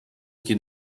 que